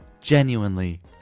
genuinely